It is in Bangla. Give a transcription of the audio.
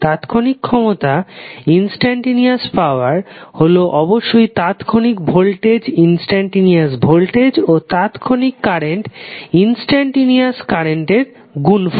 তাৎক্ষণিক ক্ষমতা হল অবশ্যই তাৎক্ষণিক ভোল্টেজ ও তাৎক্ষণিক কারেন্ট এর গুনফল